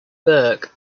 burke